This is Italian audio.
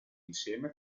insieme